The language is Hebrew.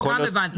גם הבנתי,